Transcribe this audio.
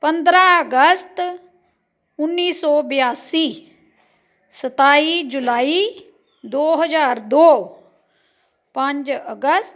ਪੰਦਰ੍ਹਾਂ ਅਗਸਤ ਉੱਨੀ ਸੌ ਬਿਆਸੀ ਸਤਾਈ ਜੁਲਾਈ ਦੋ ਹਜ਼ਾਰ ਦੋ ਪੰਜ ਅਗਸਤ